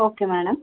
okay madam